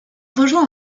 rejoint